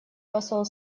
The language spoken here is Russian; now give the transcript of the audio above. посол